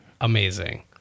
amazing